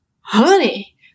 honey